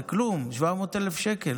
זה כלום, זה 700,000 שקל.